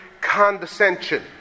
condescension